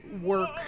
work